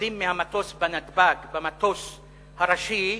יורדים מהמטוס בנתב"ג, במטוס הראשי,